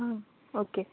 आं ओके